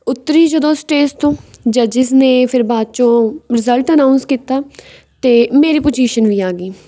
ਉੱਤਰੀ ਜਦੋਂ ਸਟੇਜ ਤੋਂ ਜੱਜਿਸ ਨੇ ਫਿਰ ਬਾਅਦ 'ਚੋਂ ਰਿਜ਼ਲਟ ਅਨਾਊਸ ਕੀਤਾ ਅਤੇ ਮੇਰੀ ਪੁਜ਼ੀਸ਼ਨ ਵੀ ਆ ਗਈ